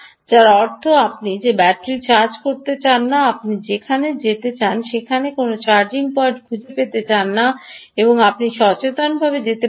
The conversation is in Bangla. যার অর্থ আপনি ব্যাটারিটি চার্জ করতে চান না আপনি যেখানে যেতে চান সেখানে কোনও চার্জিং পয়েন্ট খুঁজে পেতে চান না এবং আপনি সচেতনভাবে যেতে পারেন